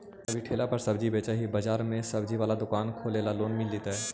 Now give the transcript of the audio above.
अभी ठेला पर सब्जी बेच ही का बाजार में ज्सबजी बाला दुकान खोले ल लोन मिल जईतै?